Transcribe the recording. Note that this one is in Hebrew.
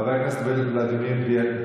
חבר הכנסת ולדימיר בליאק,